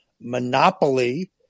monopoly